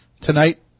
tonight